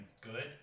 good